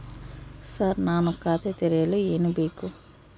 Sir ನಾನು ಖಾತೆ ತೆರೆಯಲು ಏನು ಬೇಕು?